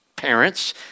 parents